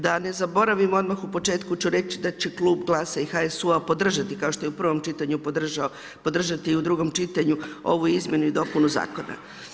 Da ne zaboravim odmah ću u početku ću reći da će klub GLAS-a i HSU-a podržati kao što je i u prvom čitanju podržao podržati i u drugom čitanju ovu izmjenu i dopunu zakona.